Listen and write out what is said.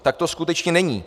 Tak to skutečně není.